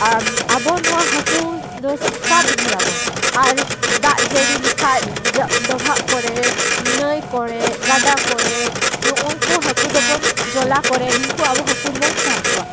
ᱟ ᱟᱵᱚ ᱱᱚᱣᱟ ᱦᱟᱹᱠᱩ ᱫᱚ ᱥᱟᱵ ᱜᱮᱭᱟ ᱵᱚᱱ ᱟᱨ ᱫᱟᱜ ᱡᱟᱹᱲᱤ ᱞᱮᱠᱷᱟᱡ ᱰᱚᱵᱷᱟᱜ ᱠᱚᱨᱮ ᱱᱟᱹᱭ ᱠᱚᱨᱮ ᱜᱟᱰᱟ ᱠᱚᱨᱮᱫ ᱱᱩᱝᱠᱩ ᱦᱟᱹᱠᱩ ᱫᱚᱵᱚᱱ ᱡᱚᱞᱟ ᱠᱚᱨᱮ ᱱᱩᱝᱠᱩ ᱟᱵᱚ ᱦᱟᱹᱠᱩ ᱫᱚᱵᱚ ᱥᱟᱵ ᱠᱚᱣᱟ